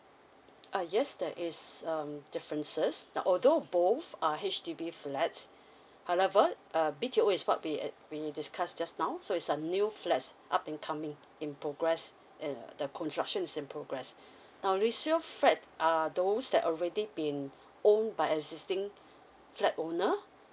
uh yes there is um differences now although both are H_D_B flats however uh B_T_O is what we we discussed just now so it's a new flats up and coming in progress and uh the construction is in progress now resale flat are those that already been owned by existing flat owner